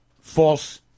false